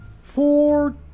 Four